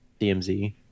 DMZ